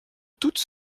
toutes